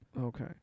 Okay